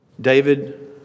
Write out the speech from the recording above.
David